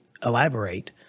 elaborate